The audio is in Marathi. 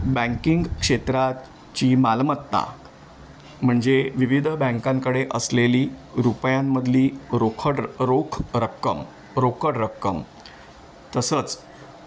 बँकिंग क्षेत्रात जी मालमत्ता म्हणजे विविध बँकांकडे असलेली रुपयांमधली रोकड रोख रक्कम रोकड रक्कम तसंच